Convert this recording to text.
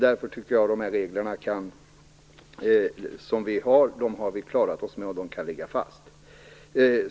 Därför tycker jag, som sagt, att de regler som vi har och som vi klarat oss med kan ligga fast.